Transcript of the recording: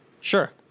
Sure